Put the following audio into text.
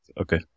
okay